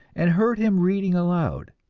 and heard him reading aloud.